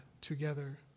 together